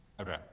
okay